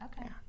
Okay